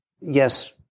yes